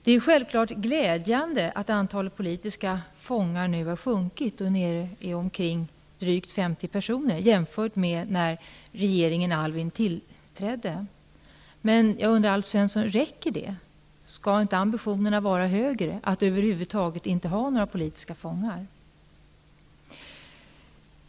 Det är självfallet glädjande att antalet politiska fångar nu har sjunkit jämfört med när regeringen Aylwin tillträdde och är nere i drygt 50 personer. Men räcker det, Alf Svensson? Skall inte ambitionerna vara högre -- att över huvud taget inte ha några politiska fångar?